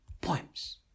poems